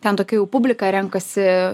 ten tokia jau publika renkasi